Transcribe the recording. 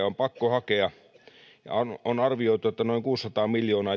on pakko hakea on on arvioitu että toimeentulotuesta noin kuusisataa miljoonaa